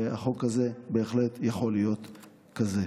החוק הזה בהחלט יכול להיות כזה.